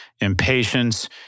impatience